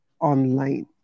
online